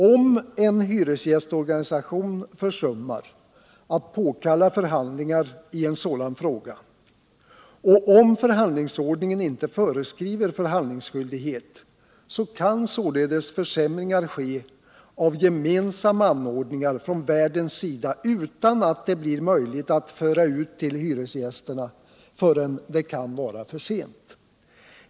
Om en hyresgästorganisation försummar att påkalla förhandling i en sådan fråga — och om förhandlingsordningen inte föreskriver förhandlingsskyldighet — kan således värden göra försämringar av gemensamma anordningar utan att det blir möjligt att föra ut frågan till hyresgästerna förrän det kan vara för sent.